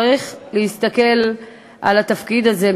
צריך להסתכל על התפקיד הזה,